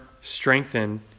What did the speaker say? strengthen